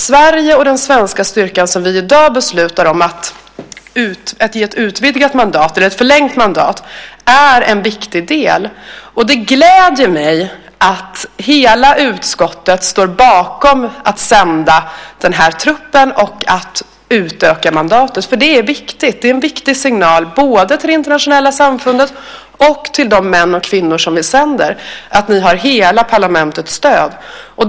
Sverige och den svenska styrkan, som vi i dag beslutar om att ge ett förlängt mandat, är en viktig del. Det gläder mig att hela utskottet står bakom att sända den här truppen och att utöka mandatet, för det är viktigt. Det är en viktig signal, både till det internationella samfundet och till de män och kvinnor som vi sänder att de har hela parlamentets stöd.